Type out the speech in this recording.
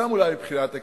אולי גם מבחינת היקפו,